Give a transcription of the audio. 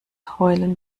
heulen